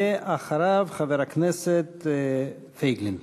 ואחריו, חבר הכנסת פייגלין.